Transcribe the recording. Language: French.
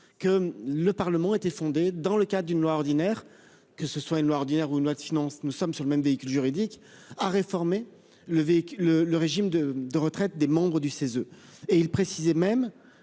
que le Parlement était fondé dans le cas d'une loi ordinaire, que ce soit une loi ordinaire ou une loi de finances, nous sommes sur le même véhicule juridique à réformer le véhicule le le régime de de retraite des membres du CESE et il précisait même